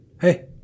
Hey